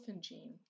gene